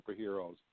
superheroes